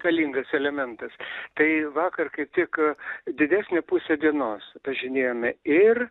galingas elementas tai vakar kaip tik didesnę pusę dienos važinėjome ir